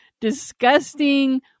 disgusting